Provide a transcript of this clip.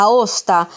Aosta